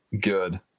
good